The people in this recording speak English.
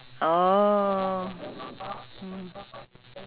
between the pork stock and the chicken